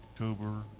October